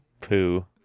Poo